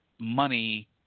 money